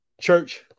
church